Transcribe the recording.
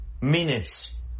minutes